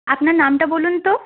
আপনার নামটা বলুন তো